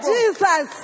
Jesus